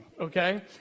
okay